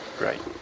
Right